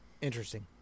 Interesting